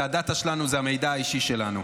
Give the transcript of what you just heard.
זה הדאטה שלנו, זה המידע האישי שלנו.